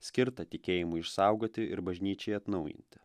skirta tikėjimui išsaugoti ir bažnyčiai atnaujinti